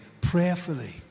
prayerfully